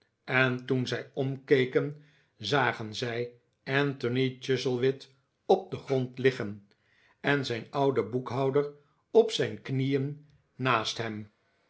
en toen zij omkeken zagen zij anthony chuzzlewit op den grond liggen en zijn ouden boekhouder op zijn knieen naast hem